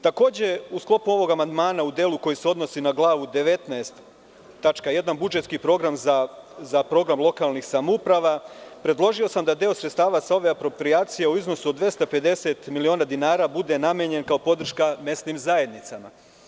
Takođe, u sklopu ovog amandmana u delu koji se odnosi na glavu 19. tačka 19) budžetski program za program lokalnih samouprava, predložio sam da deo sredstava sa ove aproprijacije u iznosu od 250 miliona dinara bude namenjen kao podrška mesnim zajednicama.